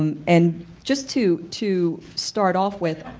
um and just to to start off with,